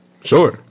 Sure